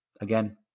again